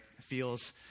feels